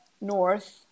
north